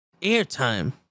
airtime